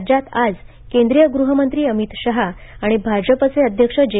राज्यात आज केंद्रीय गृहमंत्री अमित शहा आणि भाजपचे अध्यक्ष जे